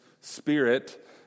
spirit